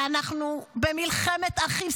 ואנחנו במלחמת אחים,